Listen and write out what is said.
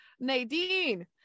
Nadine